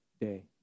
day